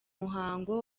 muhango